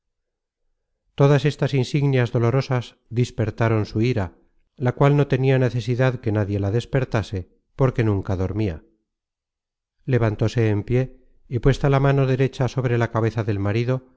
todas estas insignias dolorosas dispertaron su ira la cual no tenia necesidad que nadie la despertase porque nunca dormia levantóse en pié y puesta la mano derecha sobre la cabeza del marido